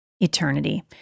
eternity